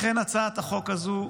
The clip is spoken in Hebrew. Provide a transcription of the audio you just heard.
לכן הצעת החוק הזו,